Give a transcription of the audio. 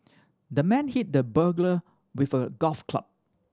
the man hit the burglar with a golf club